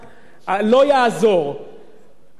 ההפסדים שלכם אינם בגלל הפרסונות,